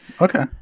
Okay